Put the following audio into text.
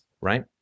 right